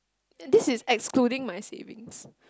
this is excluding my savings